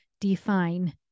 define